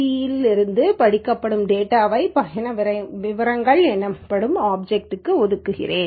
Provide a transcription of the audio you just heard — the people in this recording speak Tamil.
வி யிலிருந்து படிக்கப்படும் டேட்டாவை பயண விவரங்கள் எனப்படும் ஆப்சக்ட்ளுக்கு ஒதுக்குகிறேன்